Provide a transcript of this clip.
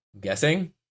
Guessing